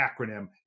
acronym